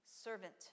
servant